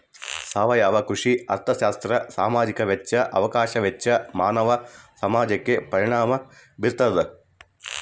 ಸಾವಯವ ಕೃಷಿ ಅರ್ಥಶಾಸ್ತ್ರ ಸಾಮಾಜಿಕ ವೆಚ್ಚ ಅವಕಾಶ ವೆಚ್ಚ ಮಾನವ ಸಮಾಜಕ್ಕೆ ಪರಿಣಾಮ ಬೀರ್ತಾದ